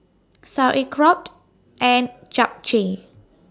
Sauerkraut and Japchae